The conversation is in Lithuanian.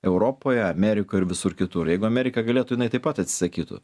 europoje amerikoj ir visur kitur jeigu amerika galėtų jinai taip pat atsisakytų